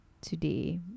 today